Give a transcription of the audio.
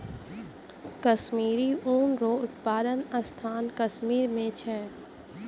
कश्मीरी ऊन रो उप्तादन स्थान कश्मीर मे छै